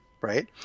right